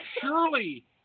Surely